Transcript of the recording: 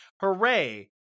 Hooray